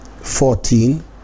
fourteen